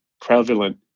prevalent